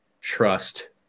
trust